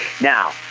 now